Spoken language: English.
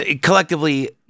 collectively